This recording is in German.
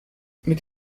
mit